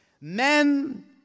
Men